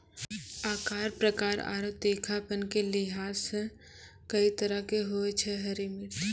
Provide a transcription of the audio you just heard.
आकार, प्रकार आरो तीखापन के लिहाज सॅ कई तरह के होय छै हरी मिर्च